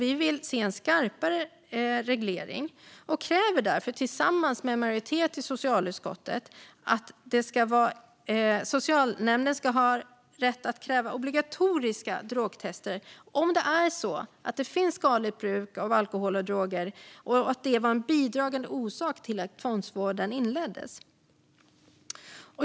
Vi vill se en skarpare reglering och kräver därför tillsammans med en majoritet i socialutskottet att socialnämnden ska ha rätt att kräva obligatoriska drogtester om det finns skadligt bruk av alkohol och droger och det var en bidragande orsak till att tvångsvården inleddes.